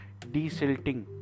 desilting